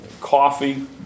coffee